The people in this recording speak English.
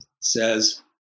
says